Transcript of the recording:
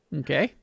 okay